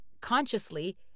consciously